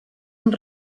amb